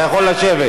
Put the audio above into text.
אתה יכול לשבת.